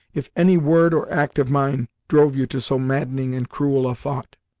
if any word, or act of mine drove you to so maddening and cruel a thought!